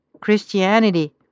Christianity